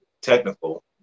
technical